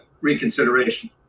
reconsideration